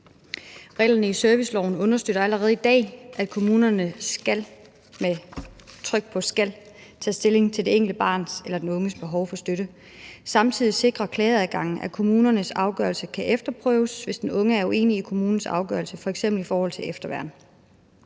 Reglerne i serviceloven understøtter allerede i dag, at kommunerne skal – med tryk på skal – tage stilling til det enkelte barns eller den unges behov for støtte. Samtidig sikrer klageadgangen, at kommunernes afgørelser kan efterprøves, hvis den unge er uenig i kommunens afgørelse f.eks. i forhold til efterværn.